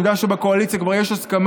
אני יודע שבקואליציה כבר יש הסכמה,